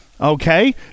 Okay